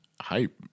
hype